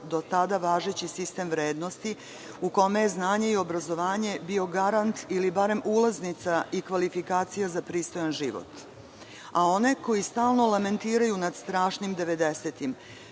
do tada važeći sistem vrednosti u kome je znanje i obrazovanje bio garant ili bar ulaznica i kvalifikacija za pristojan život, a one koji stalno lamentiraju nad strašnim devedesetim